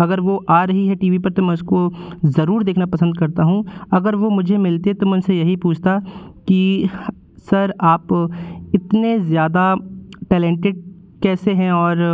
अगर वह आ रही है टी वी पर तो मैं उसको ज़रूर देखना पसंद करता हूँ अगर वह मुझे मिलते तो मैं उनसे यही पूछता कि सर आप इतने ज़्यादा टैलेंटेड कैसे हैं और